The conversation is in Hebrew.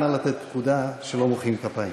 נא לתת פקודה שלא מוחאים כפיים.